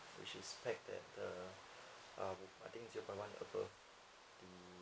which expect at uh um I think zero point one above